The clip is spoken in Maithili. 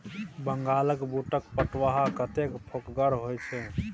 बंगालक बूटक फुटहा कतेक फोकगर होए छै